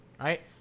right